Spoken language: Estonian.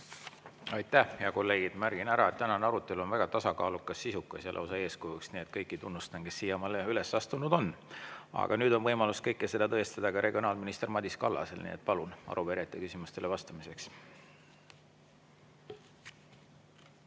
Aitäh, head kolleegid! Märgin ära, et tänane arutelu on olnud väga tasakaalukas, sisukas ja lausa eeskujuks, nii et tunnustan kõiki, kes siiamaani üles astunud on. Nüüd on võimalus kõike seda tõestada ka regionaalminister Madis Kallasel. Nii et palun arupärijate küsimustele vastamiseks